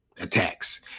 Attacks